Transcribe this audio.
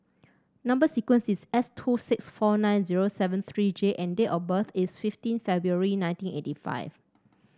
number sequence is S two six four nine zero seven three J and date of birth is fifteen February nineteen eighty five